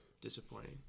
Disappointing